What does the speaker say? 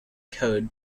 code